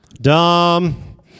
Dumb